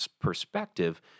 perspective